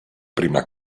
prima